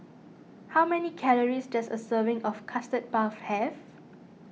how many calories does a serving of Custard Puff have